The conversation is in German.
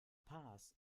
paz